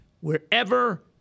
Wherever